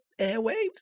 airwaves